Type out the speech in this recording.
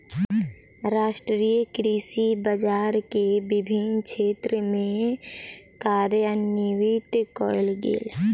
राष्ट्रीय कृषि बजार के विभिन्न क्षेत्र में कार्यान्वित कयल गेल